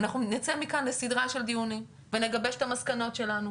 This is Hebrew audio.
אנחנו נצא מכאן לסדרה של דיונים ונגבש את המסקנות שלנו.